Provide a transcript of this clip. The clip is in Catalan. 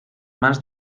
mans